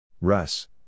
Russ